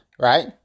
Right